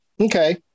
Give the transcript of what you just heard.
Okay